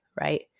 right